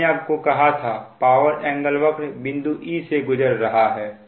मैंने आपको कहा था पावर एंगल वक्र बिंदु e से गुज़र रहा है